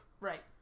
right